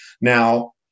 now